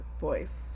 voice